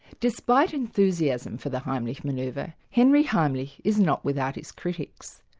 despite enthusiasm for the heimlich manoeuvre, ah henry heimlich is not without his critics.